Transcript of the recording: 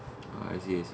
ah I see I see